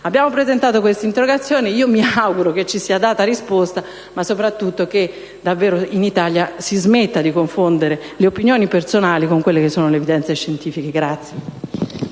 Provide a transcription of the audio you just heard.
Abbiamo presentato l'interrogazione in questione e mi auguro che ci sia data risposta, ma soprattutto che in Italia si smetta davvero di confondere le opinioni personali con quelle che sono le evidenze scientifiche.